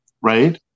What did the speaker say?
right